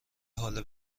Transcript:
حال